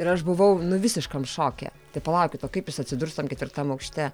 ir aš buvau nu visiškam šoke tai palaukit o kaip jis atsidurs tam ketvirtam aukšte